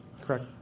Correct